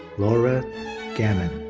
laura gammon.